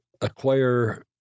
acquire